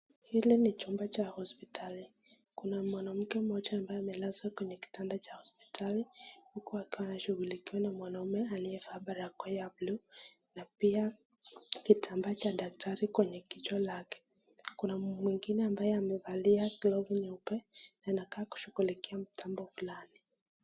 Hili ni chumba cha hospitali kuna mama moja mwenye amelazwa kwenye kitanda cha hospitali huku akiwa anashughulikiwa na mwanaume aliyefaa barakoa ya blue [ cs] , na pia kitambaa Cha daktari kwenye kichwa lake kuna mwingine ambaye amevalia glovu nyeupe na inakaa kushughulikia mtambo Fulani.